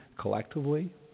collectively